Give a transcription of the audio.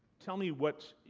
tell me what.